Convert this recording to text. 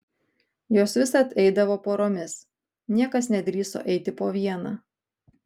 jos visad eidavo poromis niekas nedrįso eiti po vieną